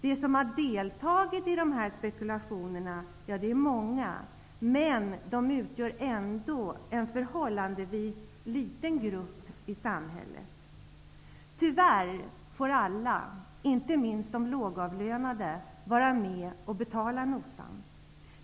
De som har deltagit i de här spekulationerna är många, men de utgör ändå en förhållandevis liten grupp i samhället. Tyvärr får alla, inte minst de lågavlönade, vara med och betala notan.